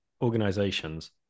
organizations